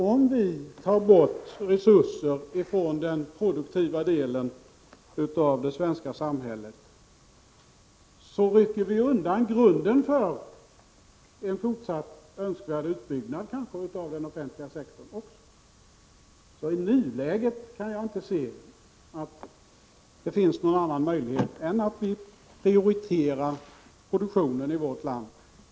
Om vi tar bort resurser från den produktiva delen av det svenska samhället, rycker vi undan grunden för en fortsatt önskvärd utbyggnad, kanske också av den offentliga sektorn. I nuläget kan jag inte se att det finns någon annan möjlighet än att vi prioriterar produktionen i vårt land.